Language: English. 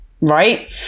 right